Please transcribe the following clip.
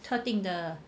特定的